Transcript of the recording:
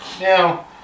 Now